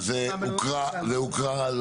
אז, זה הוקרא.